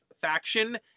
faction